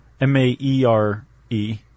M-A-E-R-E